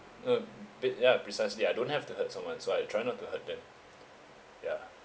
a bit ya precisely I don't have to hurt someone so I try not to hurt them ya